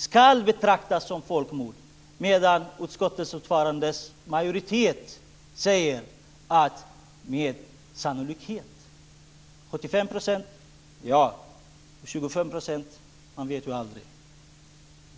ska betraktas som ett folkmord, medan utskottets ordförande och majoritet säger att det "sannolikt" är folkmord? Är det "ja" till 75 % och "man vet aldrig" till 25 %?